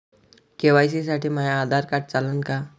KYC साठी माह्य Aadhaar card चालन का?